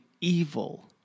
evil